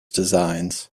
designs